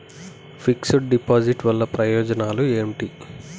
Fix డ్ deposit వల్ల ప్రయోజనాలు ఏమిటి?